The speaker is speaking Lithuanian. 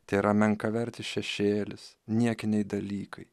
tėra menkavertis šešėlis niekiniai dalykai